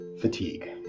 fatigue